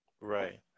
right